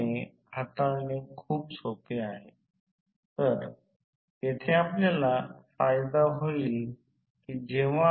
जर हे असे असेल तर मग मी फरक चालक का वापरला आहे नंतर चिन्हांकित केल्या गेलेल्या ध्रुवीयता आकृतीमध्ये आहे ते जसे आहे तसेच राहील